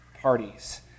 parties